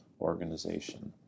organization